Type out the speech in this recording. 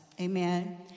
amen